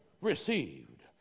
received